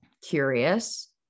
curious